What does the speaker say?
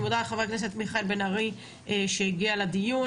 אני מודה לחבר הכנסת מיכאל בן ארי שהגיע לדיון.